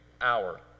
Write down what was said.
hour